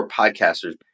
podcasters